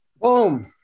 Boom